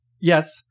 Yes